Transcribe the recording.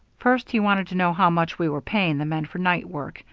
first he wanted to know how much we were paying the men for night work,